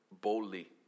boldly